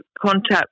contact